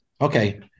okay